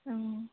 অঁ